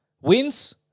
Wins